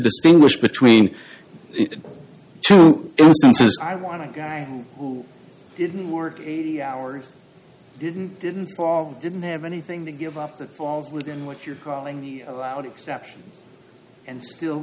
distinguish between i want to guy who didn't work eighty hours didn't didn't didn't have anything to give up that falls within what you're calling the allowed exception and still